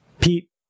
Pete